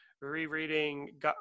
rereading